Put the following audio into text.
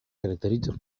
caracteritza